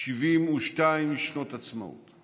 72 שנות עצמאות.